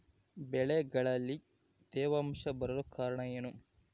ಬೆಳೆಗಳಲ್ಲಿ ತೇವಾಂಶ ಬರಲು ಕಾರಣ ಏನು?